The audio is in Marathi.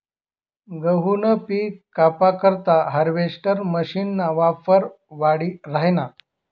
गहूनं पिक कापा करता हार्वेस्टर मशीनना वापर वाढी राहिना